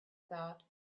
thought